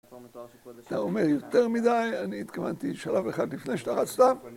אתה אומר יותר מדי, אני התכוונתי שלב אחד לפני שאתה רצת